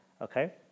Okay